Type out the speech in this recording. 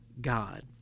God